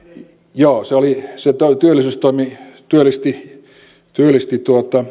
joo se työllisyystoimi työllisti työllisti